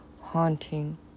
haunting